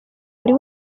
buri